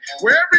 Wherever